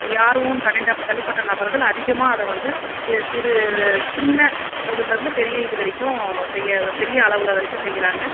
யாரும் தனின்டா தனிப்பட்ட நபர்கள் அதிகமாக அதை வந்து சே சிறு சின்ன முதல்லருந்து பெரிய இது வரைக்கும் செய்ய பெரிய அளவில் வரைக்கும் செய்கிறாங்க